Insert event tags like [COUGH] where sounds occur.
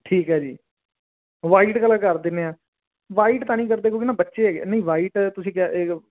ਠੀਕ ਹੈ ਜੀ ਵਾਈਟ ਕਲਰ ਕਰ ਦਿੰਦੇ ਹਾਂ ਵਾਈਟ ਤਾਂ ਨਹੀਂ ਕਰਦੇ ਕਿਉਂਕਿ ਨਾ ਬੱਚੇ ਹੈਗੇ ਆ ਨਹੀਂ ਵਾਈਟ ਤੁਸੀਂ ਕਿਹਾ [UNINTELLIGIBLE]